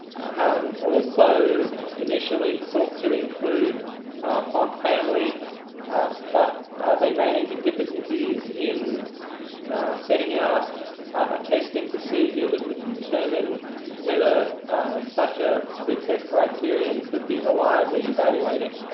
um also initially sought to include font family but they ran into difficulties in setting out a testing procedure that would determine whether such a success criterion could be reliably evaluated,